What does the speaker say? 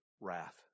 wrath